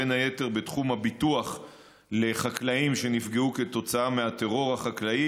בין היתר בתחום הביטוח לחקלאים שנפגעו כתוצאה מהטרור החקלאי,